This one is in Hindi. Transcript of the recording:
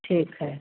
ठीक है